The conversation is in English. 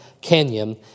Canyon